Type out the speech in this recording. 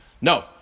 no